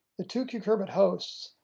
the two cucurbit hosts,